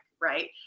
right